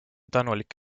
tänulik